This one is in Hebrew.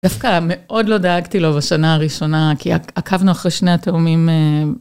דווקא מאוד לא דאגתי לו בשנה הראשונה כי עקבנו אחרי שני התאומים.